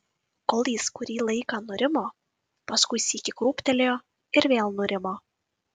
kol jis kurį laiką nurimo paskui sykį krūptelėjo ir vėl nurimo